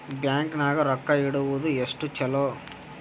Bank ನಾಗ ರೊಕ್ಕ ಇಡುವುದು ಎಷ್ಟು ಚಲೋ?